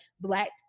black